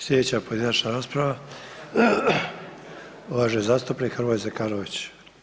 Slijedeća pojedinačna rasprava, uvaženi zastupnik Hrvoje Zekanović.